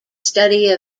study